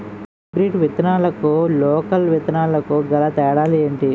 Hybrid విత్తనాలకు local విత్తనాలకు గల తేడాలు ఏంటి?